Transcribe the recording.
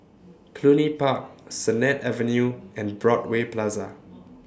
Cluny Park Sennett Avenue and Broadway Plaza